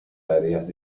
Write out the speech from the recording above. áreas